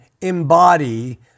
embody